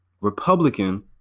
Republican